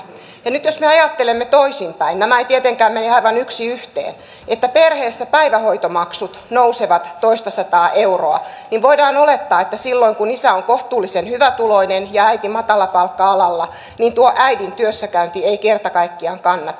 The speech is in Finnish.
ja nyt jos me ajattelemme toisinpäin nämä eivät tietenkään mene aivan yksi yhteen että perheessä päivähoitomaksut nousevat toistasataa euroa niin voidaan olettaa että silloin kun isä on kohtuullisen hyvätuloinen ja äiti matalapalkka alalla äidin työssäkäynti ei kerta kaikkiaan kannata